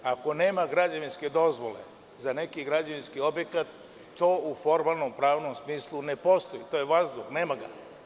Ako nema građevinske dozvole za neki građevinski objekat to u formalno-pravnom smislu ne postoji, to je vazduh, nema ga.